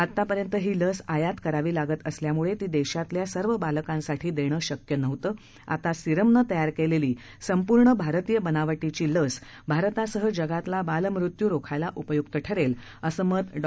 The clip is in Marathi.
आतापर्यंत ही लस आयात करावी लागत असल्यामुळे ती देशातल्या सर्व बालकांसाठी देणं शक्य नव्हतं आता सीरमनं तयार केलेली संपूर्ण भारतीय बनावटीची लस भारतासह जगातला बालमृत्यू रोखायला उपयुक्त ठरेल असं मत डॉ